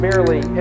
Merely